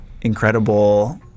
incredible